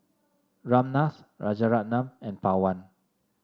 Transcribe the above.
Ramnath Rajaratnam and Pawan